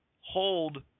hold